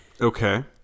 Okay